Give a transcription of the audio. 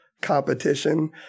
competition